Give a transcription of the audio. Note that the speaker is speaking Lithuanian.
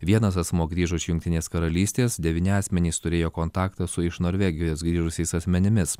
vienas asmuo grįžo iš jungtinės karalystės devyni asmenys turėjo kontaktą su iš norvegijos grįžusiais asmenimis